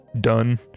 Done